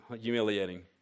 humiliating